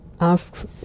asks